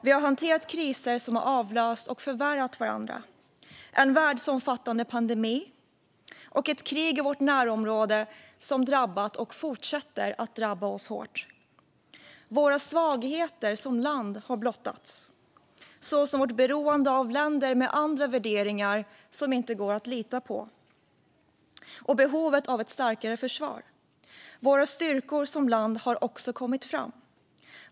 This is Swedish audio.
Vi har hanterat kriser som har avlöst och förvärrat varandra. En världsomfattande pandemi och ett krig i vårt närområde har drabbat och fortsätter att drabba oss hårt. Våra svagheter som land har blottats, såsom vårt beroende av länder med andra värderingar som inte går att lita på och behovet av ett starkare försvar. Våra styrkor som land har också kommit fram.